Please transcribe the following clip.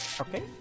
Okay